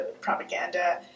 propaganda